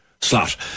slot